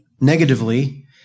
Negatively